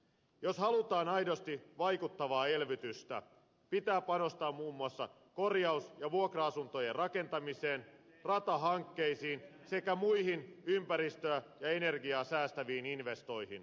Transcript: jos halutaan aidosti vaikuttavaa elvytystä pitää panostaa muun muassa korjaus ja vuokra asuntojen rakentamiseen ratahankkeisiin sekä muihin ympäristöä ja energiaa säästäviin investointeihin